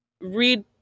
read